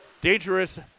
Dangerous